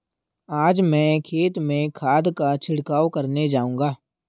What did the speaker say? आज मैं खेत में खाद का छिड़काव करने जाऊंगा